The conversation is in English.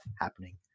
happening